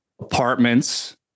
apartments